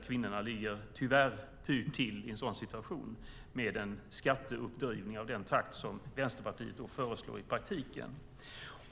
Kvinnorna ligger, tyvärr, pyrt till i en sådan situation med en skatteuppdrivning i den takt som Vänsterpartiet föreslår i praktiken.